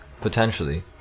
potentially